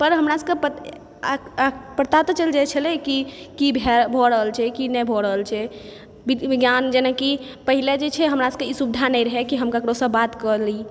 पर हमरा सबके पता तऽ चल जाइ छलै कि की भए रहल छै की नहि भऽ रहल छै विज्ञान जेनाकि पहिले जे छै हमरा सबके सुविधा नहि रहै कि हम ककरो से बात कऽ ली